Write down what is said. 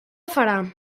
farà